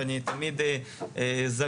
אני תמיד זמין,